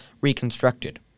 reconstructed